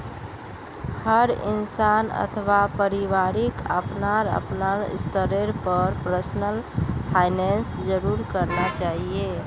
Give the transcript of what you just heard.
हर इंसान अथवा परिवारक अपनार अपनार स्तरेर पर पर्सनल फाइनैन्स जरूर करना चाहिए